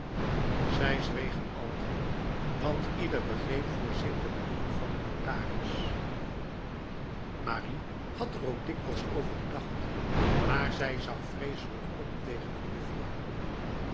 zij zwegen alledrie want ieder begreep voor zich de bedoeling van de notaris marie had er ook dikwijls over gedacht maar zij zag vreeslijk op tegen een juffrouw'l